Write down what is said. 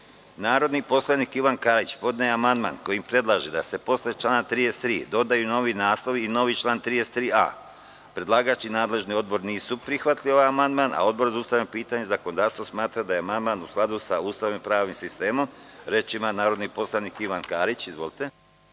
(Ne.)Narodni poslanik Ivan Karić podneo je amandman kojim predlaže da se posle člana 33. dodaju novi naslovi i novi član 33a.Predlagač i nadležni odbor nisu prihvatili ovaj amandman. Odbor za ustavna pitanja i zakonodavstvo smatra da je amandman u skladu sa Ustavom i pravnim sistemom. Reč ima narodni poslanik Ivan Karić. Izvolite.